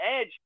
edge